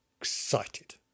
excited